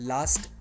Last